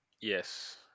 Yes